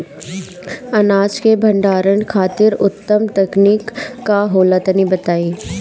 अनाज के भंडारण खातिर उत्तम तकनीक का होला तनी बताई?